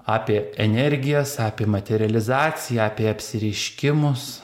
apie energijas apie materializaciją apie apsireiškimus